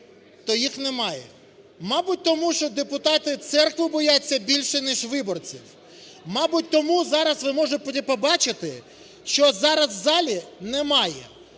то їх немає. Мабуть, тому, що депутати церкву бояться більше, ніж виборців. Мабуть, тому зараз ви можете побачити, що зараз у залі немає